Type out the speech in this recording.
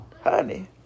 Honey